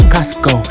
Costco